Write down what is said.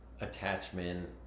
attachment